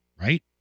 right